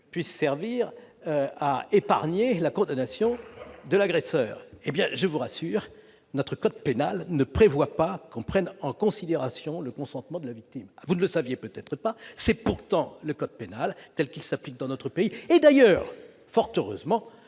puisse servir à épargner la condamnation de l'agresseur. Mes chers collègues, je vous rassure, notre code pénal ne prévoit pas que l'on prenne en considération le consentement de la victime. Vous ne le saviez peut-être pas : c'est pourtant le code pénal, tel qu'il s'applique dans notre pays, et ce, fort heureusement,